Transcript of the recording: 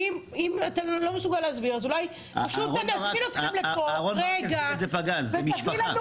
ואם אתה לא מסוגל להסביר אז אולי פשוט אני אזמין אתכם מפה ותביאו לנו